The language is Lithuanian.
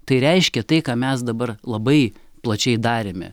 tai reiškia tai ką mes dabar labai plačiai darėme